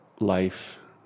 life